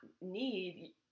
need